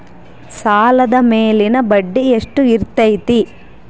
ಸಾಲದ ಮೇಲಿನ ಬಡ್ಡಿ ಎಷ್ಟು ಇರ್ತೈತೆ?